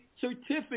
certificate